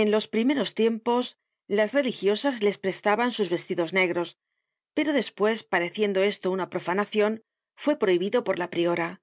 en los primeros tiempos las religiosas les prestaban sus vestidos negros pero despues pareciendo esto una profanacion fue prohibido por la priora